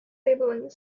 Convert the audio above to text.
four